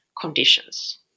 conditions